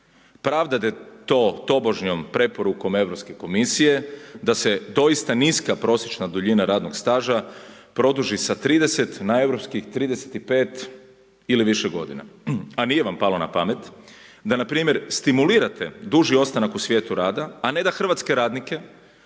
Pravdate to tobožnjom preporukom Europske komisije da se doista niska prosječna duljina radnoga staža produži sa 30 na europskih 35 ili više godina, a nije vam palo na pamet da npr. stimulirate duži ostanak u svijetu rada, a ne da hrvatske radnike